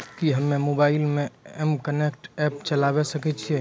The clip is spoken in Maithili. कि हम्मे मोबाइल मे एम कनेक्ट एप्प चलाबय सकै छियै?